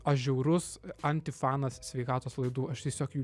aš žiaurus antifanas sveikatos laidų aš tiesiog jų